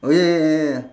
oh ya ya ya ya ya